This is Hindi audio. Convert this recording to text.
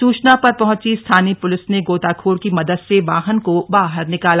सूचना पर पहुंची स्थानीय पुलिस ने गोताखोर की मदद से वाहन को बाहर निकाला